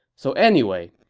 so anyway,